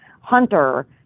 Hunter